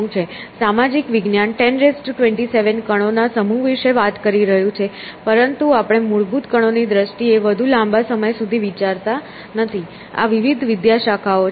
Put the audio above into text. સામાજિક વિજ્ઞાન 1027 કણોના સમૂહ વિશે વાત કરી રહ્યું છે પરંતુ આપણે મૂળભૂત કણો ની દ્રષ્ટિએ વધુ લાંબા સમય સુધી વિચારતા નથી આ વિવિધ વિદ્યાશાખાઓ છે